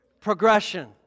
progression